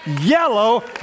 yellow